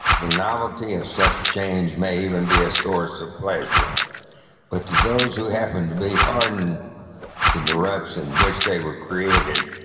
the novelty of such change may even be a source of pleasure but to those who happen to be ah hardened in the ruts in which they were created,